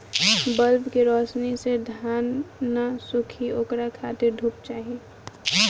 bulb के रौशनी से धान न सुखी ओकरा खातिर धूप चाही